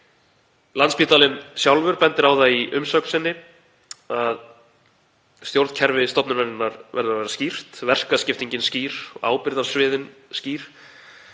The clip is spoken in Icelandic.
Landspítalinn sjálfur bendir á það í umsögn sinni að stjórnkerfi stofnunarinnar verði að vera skýrt, verkaskiptingin skýr og ábyrgðarsviðin skýr.